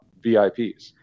VIPs